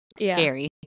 scary